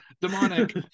Demonic